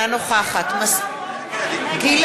נגד מסעוד